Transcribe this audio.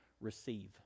receive